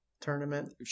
Tournament